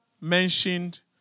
mentioned